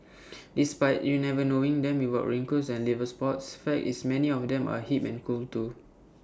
despite you never knowing them without wrinkles and liver spots fact is many of them are hip and cool too